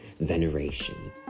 veneration